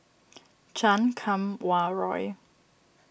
Chan Kum Wah Roy